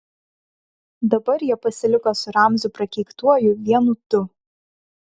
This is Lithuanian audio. dabar jie pasiliko su ramziu prakeiktuoju vienu du